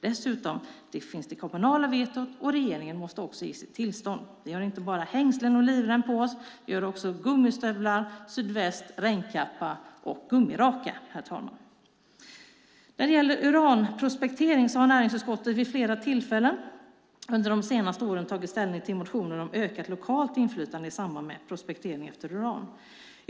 Dessutom finns det kommunala vetot, och regeringen måste ge sitt tillstånd. Vi har inte bara hängslen och livrem på oss. Vi har också gummistövlar, sydväst, regnkappa och gummiraka. Näringsutskottet har vid flera tillfällen under de senaste åren tagit ställning till motioner om ökat lokalt inflytande i samband med prospektering efter uran.